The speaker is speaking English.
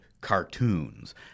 cartoons